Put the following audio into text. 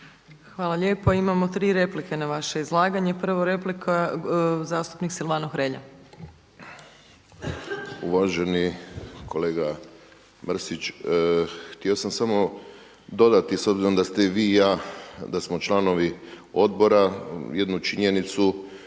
Hvala lijepo. Imamo tri replike na vaše izlaganje. Prva replika zastupnik Silvano Hrelja. **Hrelja, Silvano (HSU)** Uvaženi kolega Mrsić, htio sam samo dodati s obzirom da ste i vi i ja da smo članovi odbora jednu činjenicu